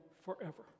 forever